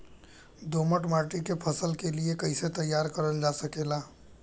दोमट माटी के फसल के लिए कैसे तैयार करल जा सकेला?